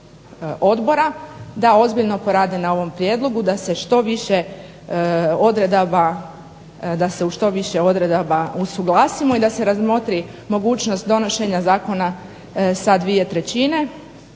odbora da ozbiljno porede na tom prijedlogu da se u što više odredaba usuglasimo i da se razmotri mogućnost donošenja zakona sa dvije trećine.